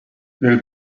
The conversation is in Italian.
nel